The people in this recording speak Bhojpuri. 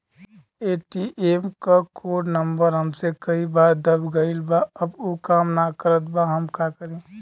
ए.टी.एम क कोड नम्बर हमसे कई बार दब गईल बा अब उ काम ना करत बा हम का करी?